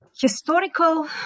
historical